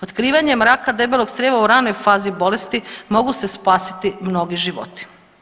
Otkrivanjem raka debelog crijeva u ranoj fazi bolesti mogu se spasiti mnogi životi.